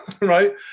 right